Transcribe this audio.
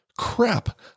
crap